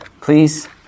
Please